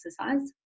exercise